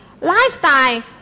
lifestyle